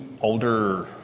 older